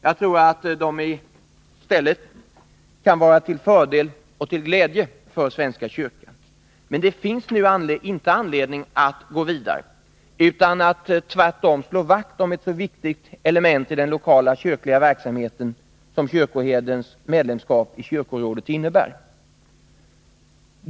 Jag tror att reformerna i stället kan vara till fördel och till glädje för svenska kyrkan. Men det finns inte anledning att nu gå vidare. Tvärtom bör man slå vakt om ett så viktigt element i den lokala kyrkliga verksamheten som kyrkoherdens medlemskap i kyrkorådet innebär.